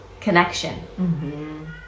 connection